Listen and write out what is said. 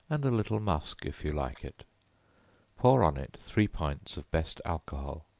and a little musk, if you like it pour on it three pints of best alcohol.